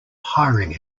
hiring